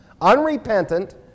Unrepentant